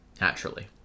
Naturally